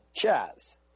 Chaz